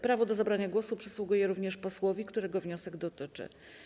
Prawo do zabrania głosu przysługuje również posłowi, którego wniosek dotyczy.